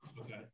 Okay